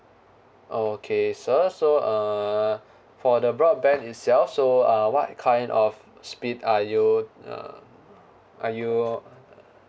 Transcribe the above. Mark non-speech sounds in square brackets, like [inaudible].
okay sir so uh [breath] for the broadband itself so uh what kind of speed are you uh are you uh